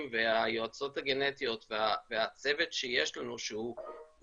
והיועצות הגנטיות והצוות שלנו שיש לנו,